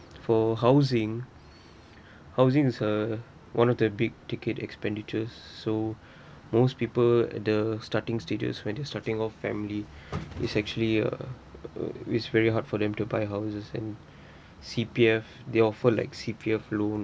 for housing housing is a one of the big ticket expenditures so most people the starting stages when they starting of family is actually uh is very hard for them to buy houses and C_P_F they offer like C_P_F loan